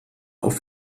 auf